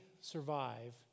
survive